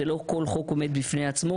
לא כל חוק עומד בפני עצמו